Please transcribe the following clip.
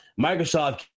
Microsoft